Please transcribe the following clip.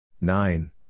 Nine